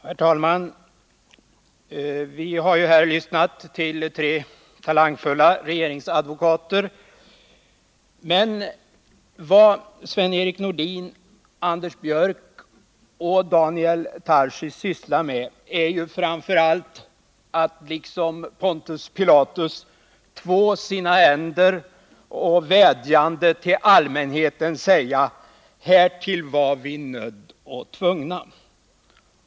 Herr talman! Vi har här lyssnat till tre talangfulla regeringsadvokater, men vad Sven-Erik Nordin, Anders Björck och Daniel Tarschys sysslar med är ju framför allt att liksom Pontus Pilatus två sina händer och vädjande till allmänheten säga: Härtill var vi nödda och tvungna.